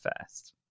first